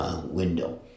window